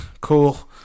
cool